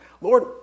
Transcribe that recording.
Lord